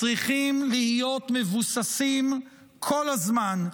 צריכים להיות מבוססים כל הזמן,